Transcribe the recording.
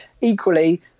equally